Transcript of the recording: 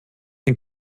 ein